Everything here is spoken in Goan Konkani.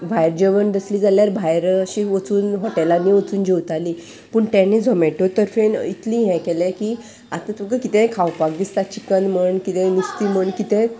भायर जेवंक दिसलें जाल्यार भायर अशें वचून हॉटेलांनी वचून जेवतालीं पूण तेणे झोमेटो तर्फेन इतली हें केलें की आतां तुका कितेंय खावपाक दिसता चिकन म्हण कितेंय नुस्तें म्हण कितेंय